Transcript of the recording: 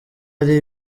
ari